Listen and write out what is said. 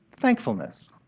thankfulness